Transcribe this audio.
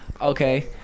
Okay